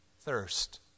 thirst